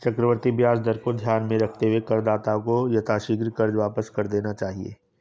चक्रवृद्धि ब्याज दर को ध्यान में रखते हुए करदाताओं को यथाशीघ्र कर्ज वापस कर देना चाहिए